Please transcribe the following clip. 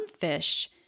fish